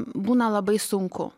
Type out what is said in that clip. būna labai sunku